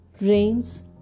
rains